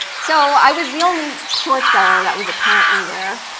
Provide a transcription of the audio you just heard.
so i was the only short seller that was apparently there,